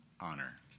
honor